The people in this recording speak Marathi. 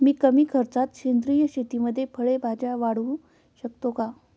मी कमी खर्चात सेंद्रिय शेतीमध्ये फळे भाज्या वाढवू शकतो का?